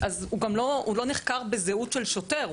הוא גם לא נחקר בזהות של שוטר,